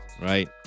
Right